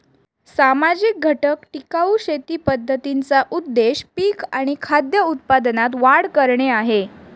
सामाजिक घटक टिकाऊ शेती पद्धतींचा उद्देश पिक आणि खाद्य उत्पादनात वाढ करणे आहे